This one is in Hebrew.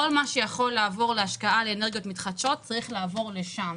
כל מה שיכול לעבור להשקעה באנרגיות מתחדשות צריך לעבור לשם,